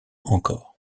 encore